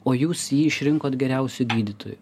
o jūs jį išrinkot geriausiu gydytoju